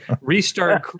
restart